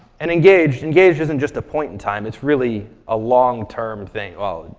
and engaged engaged isn't just a point in time, it's really a long term thing. well,